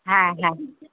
হ্যাঁ হ্যাঁ